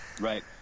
Right